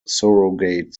surrogate